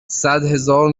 صدهزار